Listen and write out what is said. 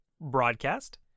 broadcast